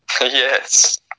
Yes